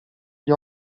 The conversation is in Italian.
gli